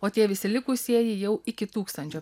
o tie visi likusieji jau iki tūkstančio